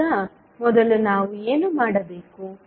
ಈಗ ಮೊದಲು ನಾವು ಏನು ಮಾಡಬೇಕು